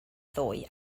ddoe